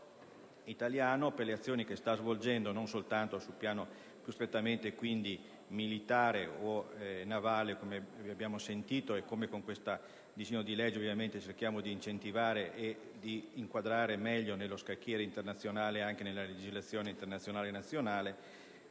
per le azioni che sta svolgendo in questa zona, non solo sul piano più strettamente militare o navale, come abbiamo sentito e come con questo disegno di legge cerchiamo di incentivare al fine di inquadrare meglio la questione nello scacchiere internazionale e nella legislazione internazionale e nazionale,